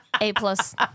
A-plus